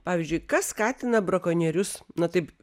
pavyzdžiui kas skatina brakonierius na taip